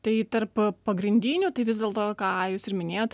tai tarp pagrindinių tai vis dėlto ką jūs ir minėjot